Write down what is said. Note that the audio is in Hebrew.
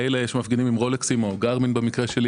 אלה שמפגינים עם רולקסים- -- הייטק.